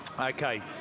Okay